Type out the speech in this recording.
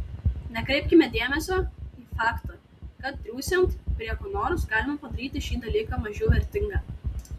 nekreipkime dėmesio į faktą kad triūsiant prie ko nors galima padaryti šį dalyką mažiau vertingą